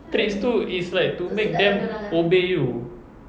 treats itu is like to make them obey you